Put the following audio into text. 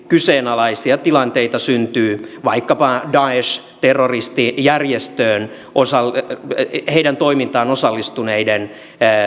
kyseenalaisia tilanteita syntyy vaikkapa daesh terroristijärjestön toimintaan osallistuneiden